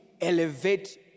elevate